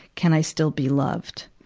can i still be loved?